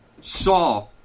saw